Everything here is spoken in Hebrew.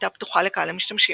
והייתה פתוחה לקהל המשתמשים.